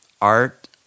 Art